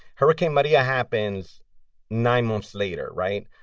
hurricane maria happens nine months later, right?